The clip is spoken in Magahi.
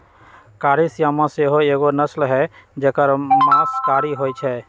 कारी श्यामा सेहो एगो नस्ल हई जेकर मास कारी होइ छइ